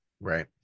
Right